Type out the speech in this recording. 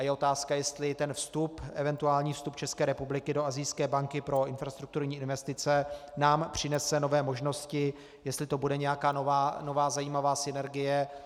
Je otázka, jestli ten eventuální vstup České republiky do Asijské banky pro infrastrukturní investice nám přinese nové možnosti, jestli to bude nějaká nová zajímavá synergie.